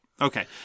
Okay